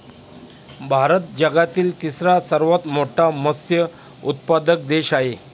भारत जगातील तिसरा सर्वात मोठा मत्स्य उत्पादक देश आहे